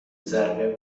ضربه